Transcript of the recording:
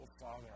father